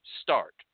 start